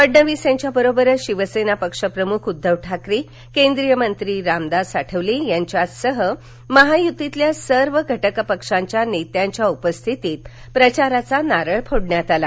फडणविस यांच्याबरोबरच शिवसेनापक्षप्रमुख उद्दव ठाकरे केंद्रीय मंत्री रामदास आठवले यांच्यासह महायुतीतल्या सर्व घटकपक्षांच्या नेत्यांच्या उपस्थितीत प्रचाराचा नारळ फोडण्यात आला